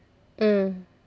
mm